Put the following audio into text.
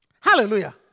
Hallelujah